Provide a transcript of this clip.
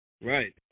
Right